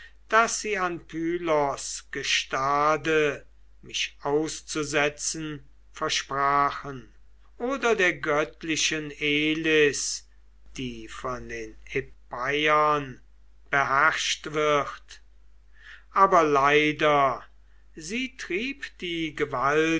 daß sie an pylos gestade mich auszusetzen versprachen oder der göttlichen elis die von den epeiern beherrscht wird aber leider sie trieb die gewalt